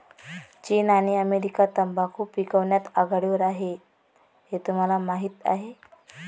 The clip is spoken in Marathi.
चीन आणि अमेरिका तंबाखू पिकवण्यात आघाडीवर आहेत हे तुम्हाला माहीत आहे